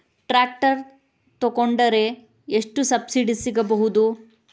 Tractor ತೊಕೊಂಡರೆ ಎಷ್ಟು subsidy ಸಿಗಬಹುದು?